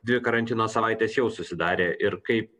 dvi karantino savaites jau susidarė ir kaip